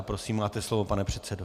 Prosím, máte slovo, pane předsedo.